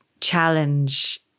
challenge